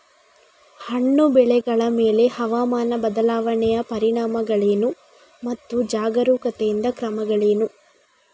ಹಣ್ಣು ಬೆಳೆಗಳ ಮೇಲೆ ಹವಾಮಾನ ಬದಲಾವಣೆಯ ಪರಿಣಾಮಗಳೇನು ಮತ್ತು ಜಾಗರೂಕತೆಯಿಂದ ಕ್ರಮಗಳೇನು?